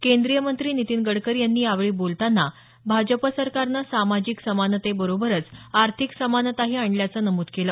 केंद्रीय मंत्री नितीन गडकरी यांनी यावेळी बोलताना भाजप सरकारनं सामाजिक समानतेबरोबरच आर्थिक समानताही आणल्याचं नमूद केलं